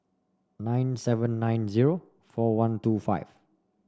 nine seven nine zero four one two five